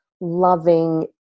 loving